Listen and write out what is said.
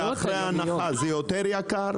שזה גם יהיה בפועל.